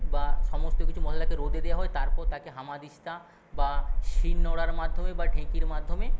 বা সমস্ত কিছু মশলাকে রোদে দেওয়া হয় তারপর তাকে হামানদিস্তা বা শিলনোড়ার মাধ্যমে বা ঢেঁকির মাধ্যমে